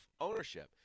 ownership